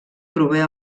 prové